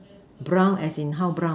brown as in how brown